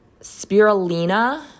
spirulina